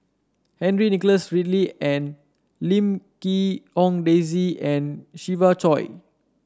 Henry Nicholas Ridley and Lim Quee Hong Daisy and Siva Choy